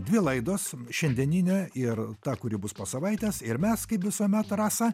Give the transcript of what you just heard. dvi laidos šiandieninė ir ta kuri bus po savaitės ir mes kaip visuomet rasa